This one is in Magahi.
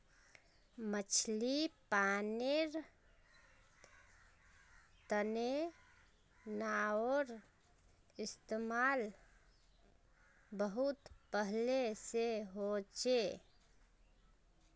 मछली पालानेर तने नाओर इस्तेमाल बहुत पहले से होचे